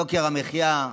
יוקר המחיה.